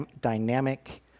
dynamic